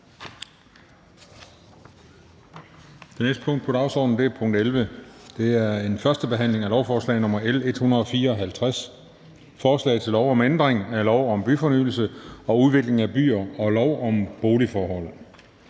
Det næste punkt på dagsordenen er: 11) 1. behandling af lovforslag nr. L 154: Forslag til lov om ændring af lov om byfornyelse og udvikling af byer og lov om boligforhold.